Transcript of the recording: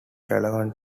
relevant